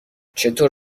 چطور